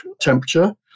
temperature